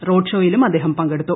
road ഷോയിലും അദ്ദേഹം പങ്കെടുത്തു